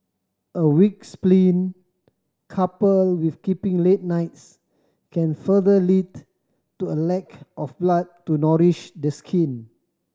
a weak spleen coupled with keeping late nights can further lead to a lack of blood to nourish the skin